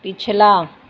ਪਿਛਲਾ